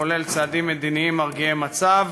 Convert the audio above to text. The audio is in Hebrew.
כולל צעדים מדיניים מרגיעי-מצב,